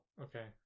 Okay